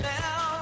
now